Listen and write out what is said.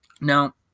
now